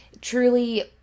truly